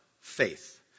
faith